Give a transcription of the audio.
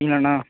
அண்ண